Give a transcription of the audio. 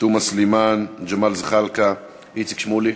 תומא סלימאן, ג'מאל זחאלקה, איציק שמולי,